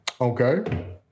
Okay